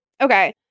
okay